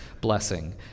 blessing